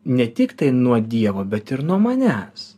ne tiktai nuo dievo bet ir nuo manęs